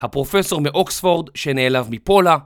הפרופסור מאוקספורד שנעלב מפולה